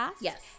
Yes